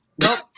nope